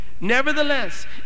Nevertheless